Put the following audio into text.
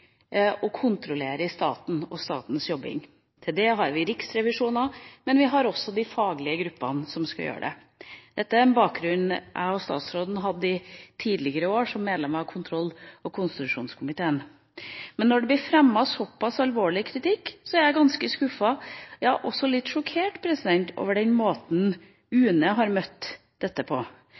og kontrollerer staten og statens jobbing. Til det har vi Riksrevisjonen, men vi har også de faglige gruppene som skal gjøre det. Dette er en bakgrunn jeg og statsråden hadde i tidligere år som medlemmer av kontroll- og konstitusjonskomiteen. Men når det blir fremmet såpass alvorlig kritikk, er jeg ganske skuffet – ja, også litt sjokkert – over den måten UNE har møtt dette på,